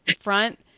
front